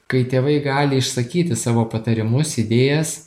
kai tėvai gali išsakyti savo patarimus idėjas